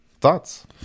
thoughts